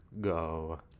go